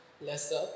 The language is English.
lesser